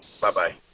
Bye-bye